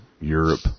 Europe